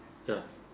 the